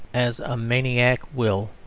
as a maniac will,